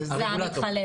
6 זה המתחלף.